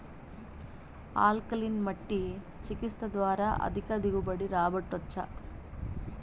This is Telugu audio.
ఆల్కలీన్ మట్టి చికిత్స ద్వారా అధిక దిగుబడి రాబట్టొచ్చా